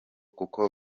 kuko